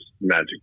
magic